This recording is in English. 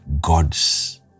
God's